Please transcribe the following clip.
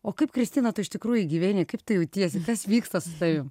o kaip kristina tu iš tikrųjų gyveni kaip tu jautiesi kas vyksta su tavim